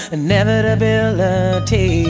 inevitability